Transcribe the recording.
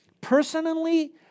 personally